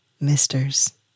misters